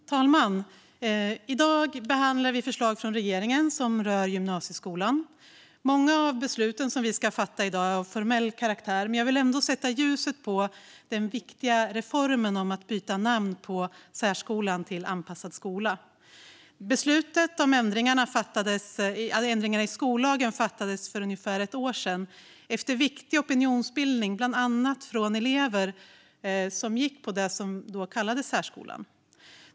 Herr talman! I dag behandlar vi förslag från regeringen som rör gymnasieskolan. Många av besluten vi ska fatta i dag är av formell karaktär. Men jag vill ändå sätta ljuset på den viktiga reformen om att byta namn på särskolan till anpassad skola. Beslutet om ändringarna i skollagen fattades för ungefär ett år sedan, efter viktig opinionsbildning från bland annat elever som gick i det som då kallades särskolan.